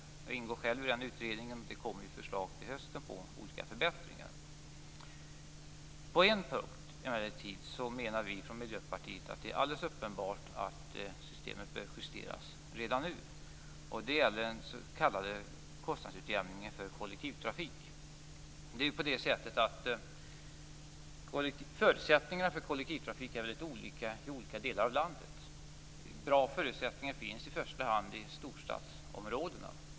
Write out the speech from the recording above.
Jag ingår själv i den utredningen, och det kommer förslag till olika förbättringar till hösten. På en punkt menar vi från Miljöpartiet emellertid att det är alldeles uppenbart att systemet bör justeras redan nu, och det gäller den s.k. kostnadsutjämningen för kollektivtrafik. Förutsättningarna för kollektivtrafik är ju litet olika i olika delar av landet. Bra förutsättningar finns i första hand i storstadsområdena.